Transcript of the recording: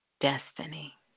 destiny